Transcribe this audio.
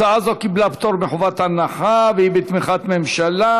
הצעה זו קיבלה פטור מחובת הנחה והיא בתמיכת ממשלה.